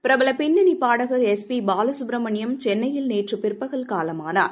பிரபல பின்னணி பாடகர் எஸ் பி பாலசுப்ரமணியம் சென்னையில் நேற்று பிற்பகல் காலமானார்